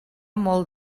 molt